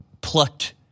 plucked